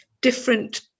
different